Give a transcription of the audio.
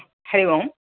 Hari Om